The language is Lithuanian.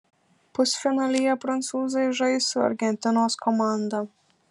pusfinalyje prancūzai žais su argentinos komanda